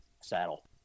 saddle